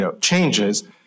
changes